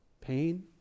Pain